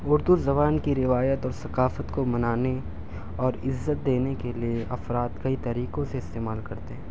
اردو زبان کی روایت اور ثقافت کو منانے اور عزت دینے کے لیے افراد کئی طریقوں سے استعمال کرتے ہیں